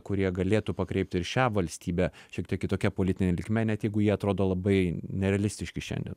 kurie galėtų pakreipti ir šią valstybę šiek tiek kitokia politine linkme net jeigu jie atrodo labai nerealistiški šiandien